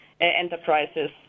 enterprises